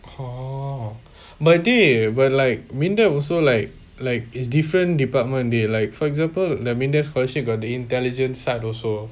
oh dey but like MINDEF also like like is different department they like for example the MINDEF scholarship got the intelligent side also